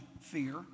fear